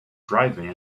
driving